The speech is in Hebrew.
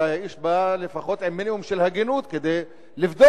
אולי האיש בא לפחות עם מינימום של הגינות כדי לבדוק,